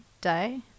day